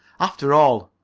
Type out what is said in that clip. after all,